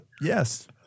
Yes